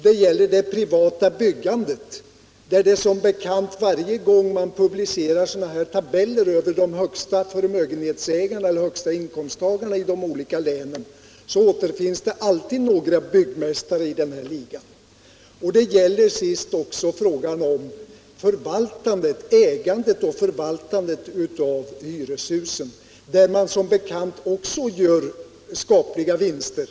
Det gäller det privata byggandet; varje gång man publicerar tabeller över de största förmögenhetsägarna eller inkomsttagarna i de olika länen återfinns som bekant alltid några byggmästare i den ligan. Det gäller till sist frågan om ägandet och förvaltandet av hyreshusen, där man ju också gör skapliga vinster.